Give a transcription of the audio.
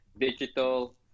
digital